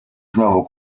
znowu